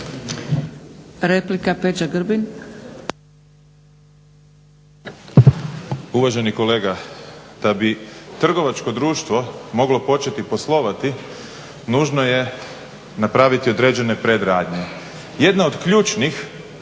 Replika Peđa Grbin.